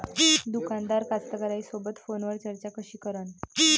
दुकानदार कास्तकाराइसोबत फोनवर चर्चा कशी करन?